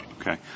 Okay